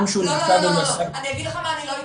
לא, לא, לא, אני אגיד לך מה אני לא אתן,